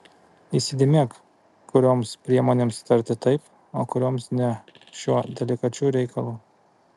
įsidėmėk kurioms priemonėms tarti taip o kurioms ne šiuo delikačiu reikalu